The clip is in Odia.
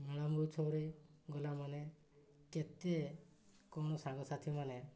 ମେଳା ମହୋତ୍ସବରେ ଗଲାମାନେ କେତେ କ'ଣ ସାଙ୍ଗସାଥିମାନେ